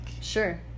Sure